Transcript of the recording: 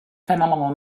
phenomenal